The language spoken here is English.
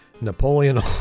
Napoleon